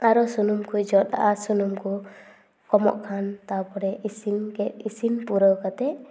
ᱟᱨᱚ ᱥᱩᱱᱩᱢ ᱠᱚᱭ ᱡᱚᱫᱟᱜᱼᱟ ᱥᱩᱱᱩᱢ ᱠᱚ ᱠᱚᱢᱚᱜ ᱠᱷᱟᱱ ᱛᱟᱨᱯᱚᱨᱮ ᱤᱥᱤᱱ ᱠᱮ ᱤᱥᱤᱱ ᱯᱩᱨᱟᱹᱣ ᱠᱟᱛᱮ